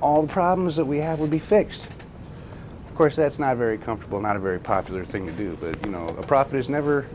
all the problems that we have would be fixed of course that's not very comfortable not a very popular thing to do but you know a prophet is never